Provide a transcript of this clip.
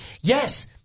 Yes